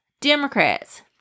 Democrats